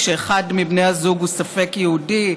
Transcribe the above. כשאחד מבני הזוג הוא ספק יהודי,